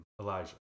Elijah